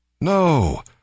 No